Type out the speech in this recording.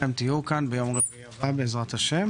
שכולכם תהיו כאן ביום רביעי הבא בעזרת השם